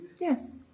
Yes